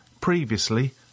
previously